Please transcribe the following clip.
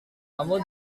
kamu